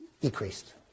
decreased